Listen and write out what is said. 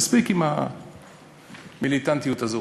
מספיק עם המיליטנטיות הזו.